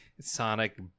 Sonic